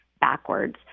backwards